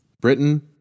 Britain